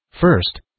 first